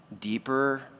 deeper